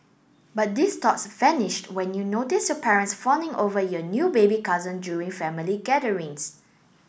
but these thoughts vanished when you notice your parents fawning over your new baby cousin during family gatherings